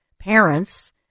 parents